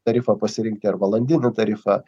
tarifą pasirinkti ar valandinį tarifą